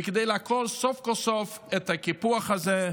וכדי לעקור סוף כל סוף את הקיפוח הזה.